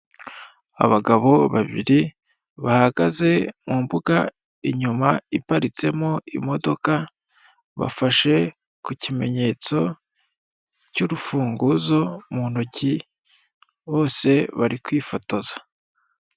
Abagabao babairi hbahagaze mu mbuga inyuma iparitsemo imodoka, bafashe ku kimenyetso cy'urufunguzo, mu ntoki bose bari kwifotoza.